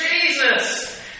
Jesus